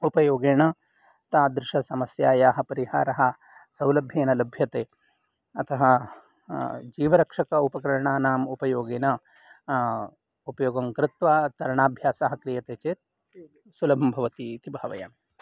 उपयोगेन तादृशसमस्यायाः परिहारः सौलभ्येन लभ्यते अतः जीवरक्षक उपकरणानाम् उपयोगेन उपयोगं कृत्वा तरणाभ्यासः क्रियते चेत् सुलभं भवति इति भावयामि